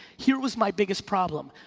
here was my biggest problem.